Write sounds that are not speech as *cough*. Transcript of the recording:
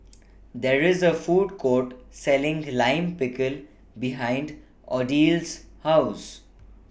*noise* There IS A Food Court Selling Lime Pickle behind Odile's House